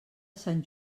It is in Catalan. sant